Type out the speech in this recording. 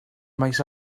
maes